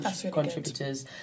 contributors